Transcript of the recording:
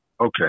Okay